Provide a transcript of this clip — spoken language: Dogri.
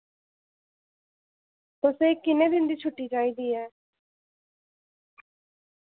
तुसें किन्ने दिन दी छुट्टी चाहिदी ऐ